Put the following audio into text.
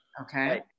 Okay